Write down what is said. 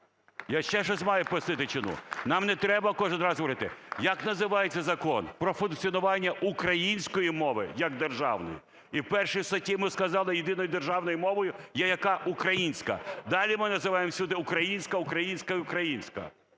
Я ще щось маю пояснити чому. Нам не треба кожен раз говорити, як називається закон: про функціонування української мови як державної. І, в 1 статті, ми сказали, єдиною державною мовою є яка? - Українська. Далі ми називаємо всюди українська, українська і українська.